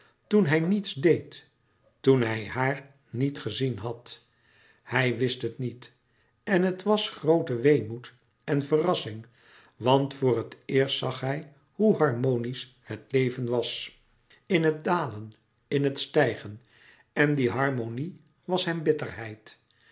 toen hij niets deed toen hij haar niet gezien had hij wist het niet en het was groote weemoed en verrassing want voor het eerst zag hij hoe harmonisch het leven was in het dalen in het stijgen e n